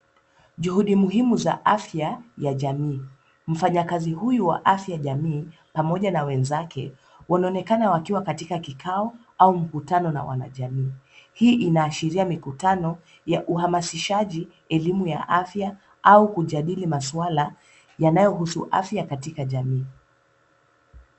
Juhudi muhimu za afya ya jamii. Mfanyakazi huyu wa afya ya jamii pamoja na wenzake wanaonekana wakiwa katika kikao au mkutano na wanajamii. Hii inaashiria mikutano ya uhamasishaji, elimu ya afya au kujadili maswala yanayohusu afya katika jamii.